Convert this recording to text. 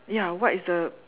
ya what is the